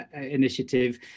initiative